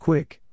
Quick